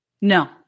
No